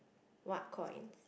what coins